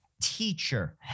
Teacher